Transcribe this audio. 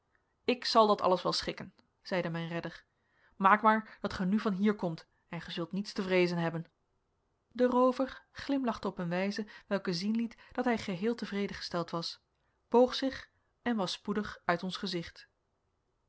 ik zal dat alles wel schikken zeide mijn redder maak maar dat gij nu van hier komt en gij zult niets te vreezen hebben de roover glimlachte op eene wijze welke zien liet dat hij geheel tevreden gesteld was boog zich en was spoedig uit ons gezicht